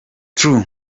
true